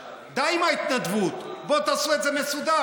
די עם ההתנדבות, בואו תעשו את זה מסודר.